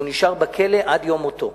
והוא נשאר בכלא עד יום מותו,